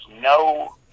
no